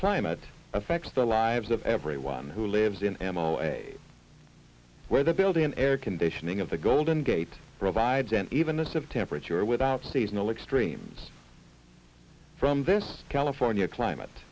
climate affects the lives of everyone who lives in where the building an air conditioning of the golden gate provides and even this of temperature without seasonal extremes from this california climate